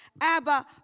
Abba